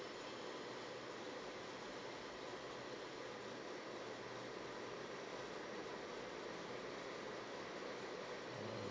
ah